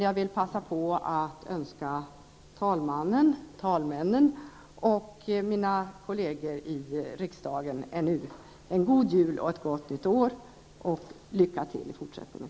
Jag vill passa på att önska talmännen och mina kolleger i riksdagen en god jul och ett gott nytt år och lycka till i fortsättningen.